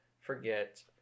forget